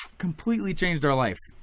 completely changed our life.